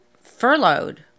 furloughed